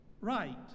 right